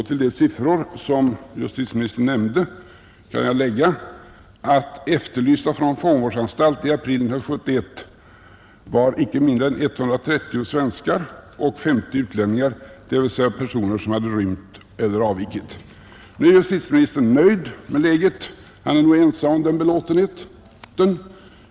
Till de siffror som justitieministern nämnde kan jag lägga att efterlysta från fångvårdsanstalt i april 1971 var icke mindre än 130 svenskar och 50 utlänningar. Det rörde sig alltså om personer som hade rymt eller avvikit. Nu är justitieministern nöjd med läget. Han är nog ensam om den belåtenheten.